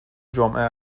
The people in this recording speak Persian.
جمعه